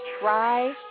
try